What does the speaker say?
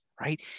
right